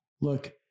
look